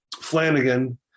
Flanagan